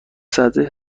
زده